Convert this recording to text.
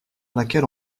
laquelle